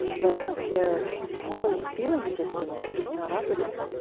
but their whole feeling system is just not operative.